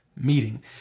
meeting